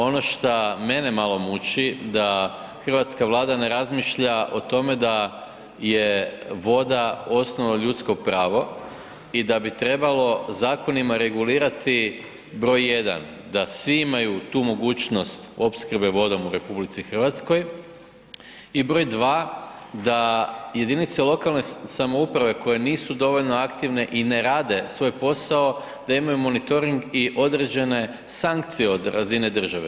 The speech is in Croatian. Ono šta mene malo muči da hrvatska Vlada ne razmišlja o tome da je voda osnovno ljudsko pravo i da bi trebalo zakonima regulirati br. 1. da svi imaju tu mogućnost opskrbe vodom u RH i br. 2. da jedinice lokalne samouprave koje nisu dovoljno aktivne i ne rade svoj posao, da imaju monitoring i određene sankcije od razine države.